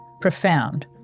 profound